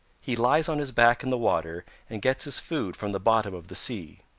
he lies on his back in the water and gets his food from the bottom of the sea.